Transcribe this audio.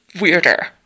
weirder